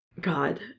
God